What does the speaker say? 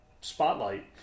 spotlight